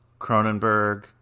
Cronenberg